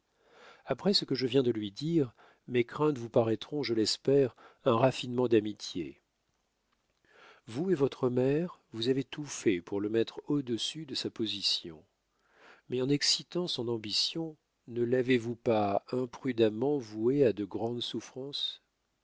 après ce que je viens de lui dire mes craintes vous paraîtront je l'espère un raffinement d'amitié vous et votre mère vous avez tout fait pour le mettre au-dessus de sa position mais en excitant son ambition ne l'avez-vous pas imprudemment voué à de grandes souffrances